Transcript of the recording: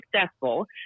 successful